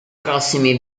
prossimi